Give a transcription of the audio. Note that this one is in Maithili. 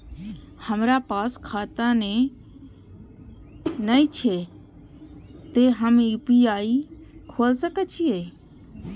हमरा पास खाता ने छे ते हम यू.पी.आई खोल सके छिए?